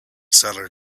seller